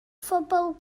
phobl